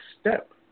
step